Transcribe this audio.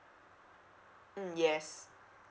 mm yes